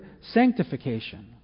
sanctification